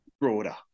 broader